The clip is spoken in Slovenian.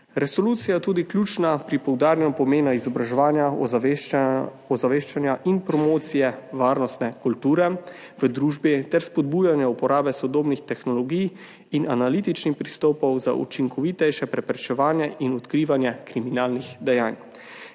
Resolucija je tudi ključna pri poudarjanju pomena izobraževanja, ozaveščanja in promocije varnostne kulture v družbi ter spodbujanja uporabe sodobnih tehnologij in analitičnih pristopov za učinkovitejše preprečevanje in odkrivanje kriminalnih dejanj.